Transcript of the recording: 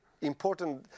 important